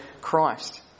Christ